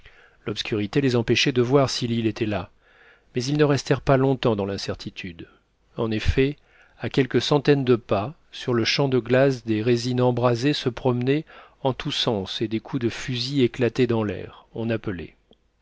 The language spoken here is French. l'obscurité les empêchait de voir si l'île était là mais ils ne restèrent pas longtemps dans l'incertitude en effet à quelques centaines de pas sur le champ de glace des résines embrasées se promenaient en tous sens et des coups de fusil éclataient dans l'air on appelait